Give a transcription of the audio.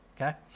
okay